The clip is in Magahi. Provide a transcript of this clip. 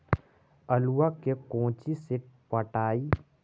आलुआ के कोचि से पटाइए?